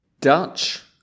Dutch